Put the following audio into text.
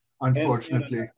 Unfortunately